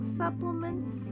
supplements